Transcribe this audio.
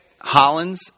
Hollins